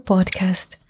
Podcast